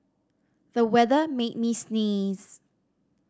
the weather made me sneeze